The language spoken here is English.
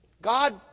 God